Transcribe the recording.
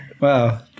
Wow